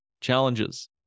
challenges